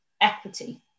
equity